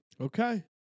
Okay